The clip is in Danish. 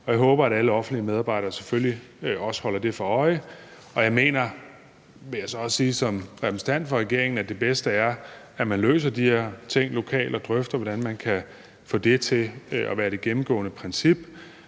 og jeg håber, at alle offentlige medarbejdere selvfølgelig også holder sig det for øje. Jeg mener, vil jeg så også sige som repræsentant for regeringen, at det bedste er, at man løser de her ting lokalt og drøfter, hvordan man kan få det til at være det gennemgående princip.